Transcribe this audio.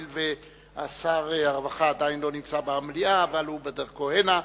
הואיל ושר הרווחה עדיין לא נמצא במליאה והוא בדרכו הנה,